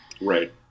Right